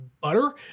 butter